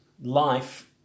life